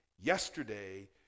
yesterday